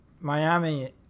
Miami